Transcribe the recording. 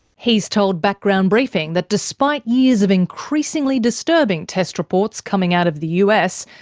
he's told background briefing that despite years of increasingly disturbing test reports coming out of the us,